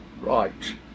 right